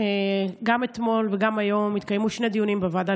גם אתמול וגם היום התקיימו שני דיונים בוועדה